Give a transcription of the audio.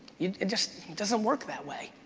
it just doesn't work that way,